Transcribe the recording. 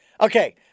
Okay